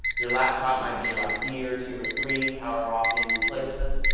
your laptop might be your last year, two, or three. however often you replace them.